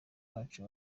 cacu